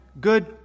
good